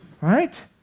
Right